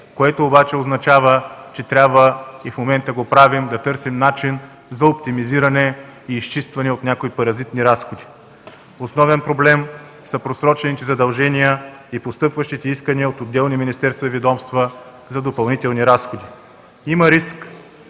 което обаче означава, че трябва, и в момента го правим, да търсим начин за оптимизиране и изчистване от някои паразитни разходи. Основен проблем са просрочените задължения и постъпващите искания от отделни министерства и ведомства за допълнителни разходи. Има риск